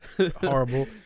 horrible